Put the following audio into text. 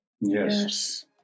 Yes